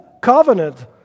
covenant